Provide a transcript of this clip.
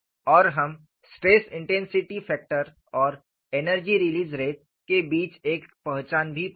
और हम stress intensity factor और एनर्जी रिलीज़ रेट के बीच एक पहचान भी पाएंगे